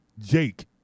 Jake